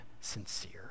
sincere